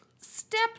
step